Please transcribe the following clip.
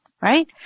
Right